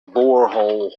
borehole